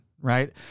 right